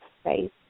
space